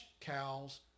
cows